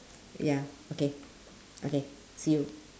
ya okay okay see you